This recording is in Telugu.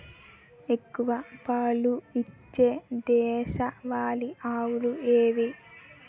ఎక్కువ పాలు ఇచ్చే దేశవాళీ ఆవులు ఏవి?